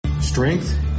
strength